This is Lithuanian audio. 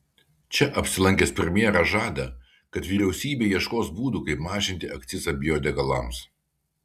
čia apsilankęs premjeras žada kad vyriausybė ieškos būdų kaip mažinti akcizą biodegalams